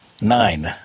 nine